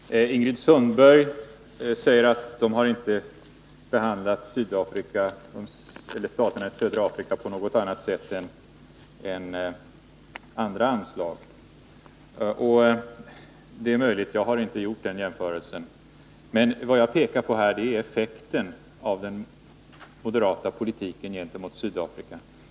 Herr talman! Ingrid Sundberg säger att moderaterna inte har behandlat staterna i södra Afrika på något annat sätt än när det gäller andra anslag. Det är möjligt — jag har inte gjort den jämförelsen — men vad jag pekade på var Nr 138 effekten av den moderata politiken gentemot Sydafrika.